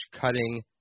cutting